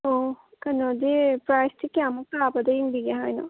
ꯑꯣ ꯀꯩꯅꯣꯗꯤ ꯄ꯭ꯔꯥꯏꯁꯇꯤ ꯀꯌꯥꯝꯃꯨꯛ ꯇꯥꯕꯗ ꯌꯦꯡꯕꯤꯒꯦ ꯍꯥꯏꯅꯣ